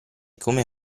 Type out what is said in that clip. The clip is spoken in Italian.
come